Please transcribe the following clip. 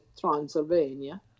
Transylvania